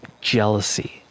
jealousy